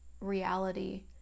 reality